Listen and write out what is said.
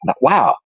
wow